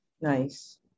Nice